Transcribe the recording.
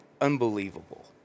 unbelievable